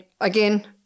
again